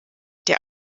der